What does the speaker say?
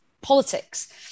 politics